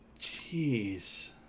Jeez